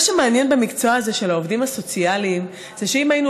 מה שמעניין במקצוע הזה של העובדים הסוציאליים הוא שאם היינו